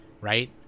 right